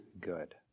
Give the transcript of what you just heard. good